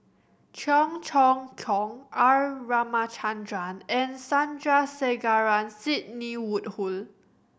Cheong Choong Kong R Ramachandran and Sandrasegaran Sidney Woodhull